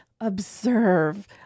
observe